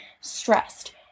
stressed